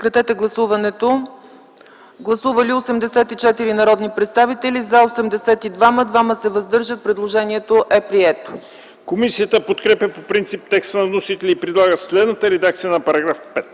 Комисията подкрепя по принцип текста на вносителя и предлага следната редакция на § 7: „§ 7.